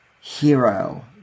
hero